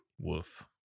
Woof